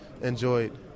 enjoyed